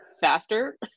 faster